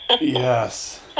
yes